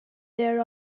there